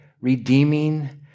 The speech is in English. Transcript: redeeming